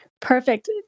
Perfect